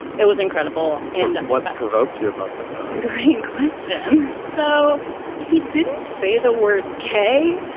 it was incredible and what provoked you about the great question. so he didn't say the word gay.